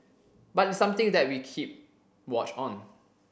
but it's something that we keep watch on